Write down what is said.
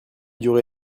durer